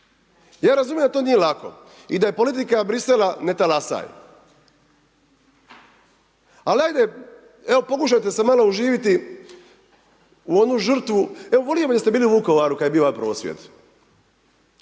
Ja razumijem da to nije lako i da je politika Brisela ne talasaj, ali ajde, evo pokušajte se malo uživjeti u onu žrtvu, evo volio bih da ste bili u Vukovaru kada je bio ovaj prosvjed.